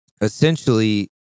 essentially